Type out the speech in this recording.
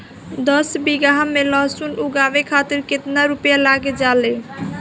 दस बीघा में लहसुन उगावे खातिर केतना रुपया लग जाले?